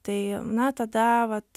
tai na tada vat